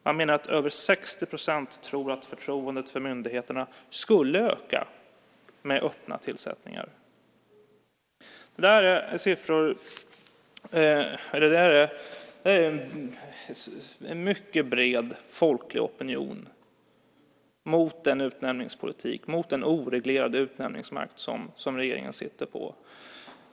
Man menar att över 60 % tror att förtroendet för myndigheterna skulle öka med öppna tillsättningar. Det här är en mycket bred folklig opinion mot den utnämningspolitik och mot den oreglerade utnämningsmakt som regeringen sitter på.